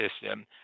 system